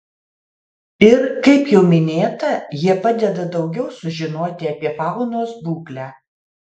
ir kaip jau minėta jie padeda daugiau sužinoti apie faunos būklę